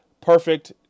Perfect